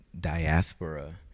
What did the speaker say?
diaspora